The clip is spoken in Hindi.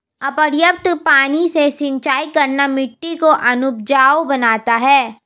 अपर्याप्त पानी से सिंचाई करना मिट्टी को अनउपजाऊ बनाता है